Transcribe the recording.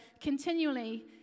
continually